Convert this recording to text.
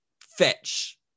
fetch